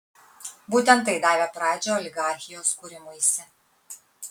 būtent tai davė pradžią oligarchijos kūrimuisi